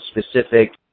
specific